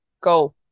Go